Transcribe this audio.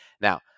Now